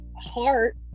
heart